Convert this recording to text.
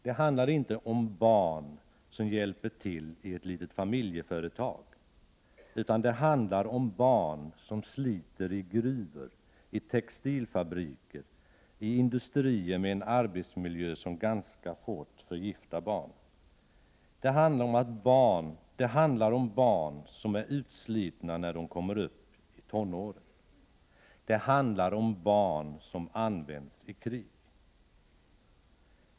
Det handlar inte om barn som hjälper till i ett litet familjeföretag, utan det handlar om barn som sliter i gruvor, textilfabriker och i industrier med en arbetsmiljö som ganska fort förgiftar barnen. Det handlar om barn som är utslitna när de kommer upp i tonåren. Det handlar om barn som används i krig.